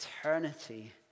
eternity